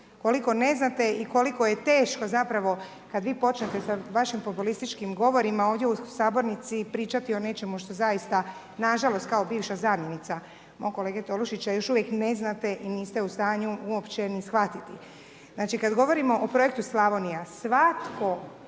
Koliko ne znate i koliko je teško zapravo, kad vi počnete sa vašim populističkim govorima ovdje u Sabornici pričati o nečemu što zaista nažalost kao bivša zamjenica mog kolege Tolušića još uvijek ne znate i niste u stanju uopće u stanju ni shvatiti. Znači kad govorimo o projektu Slavonija, svatko